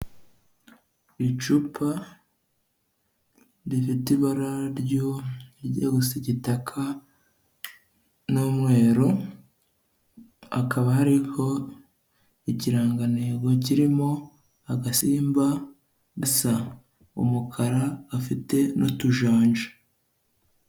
Icupa rifite ibara rijya gusa igitaka n'umweru, hakaba hariho ikirangantego kirimo agasimba gasa umukara gafite n'utujanja.